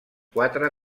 quatre